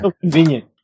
convenient